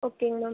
ஓகேங்க மேம்